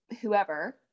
whoever